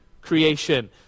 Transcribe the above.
creation